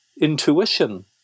intuition